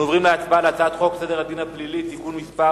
אנחנו עוברים להצבעה על הצעת חוק סדר הדין הפלילי (תיקון מס'